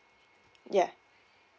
yeah